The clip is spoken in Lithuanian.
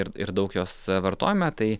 ir ir daug jos vartojame tai